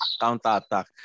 counter-attack